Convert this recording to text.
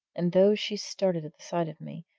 and though she started at the sight of me,